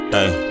Hey